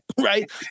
Right